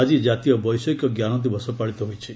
ଆଜି ଜାତୀୟ ବୈଷୟିକ ଜ୍ଞାନ ଦିବସ ପାଳିତ ହୋଇଛି